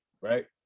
Right